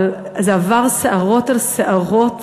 אבל זה עבר סערות על סערות